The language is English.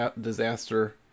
disaster